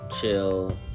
Chill